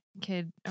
kid